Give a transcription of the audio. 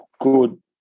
good